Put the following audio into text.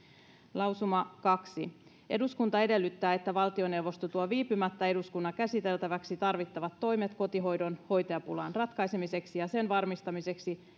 lausuma kaksi eduskunta edellyttää että valtioneuvosto tuo viipymättä eduskunnan käsiteltäväksi tarvittavat toimet kotihoidon hoitajapulan ratkaisemiseksi ja sen varmistamiseksi